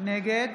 נגד